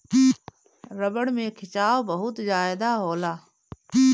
रबड़ में खिंचाव बहुत ज्यादा होला